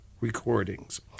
recordings